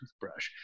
toothbrush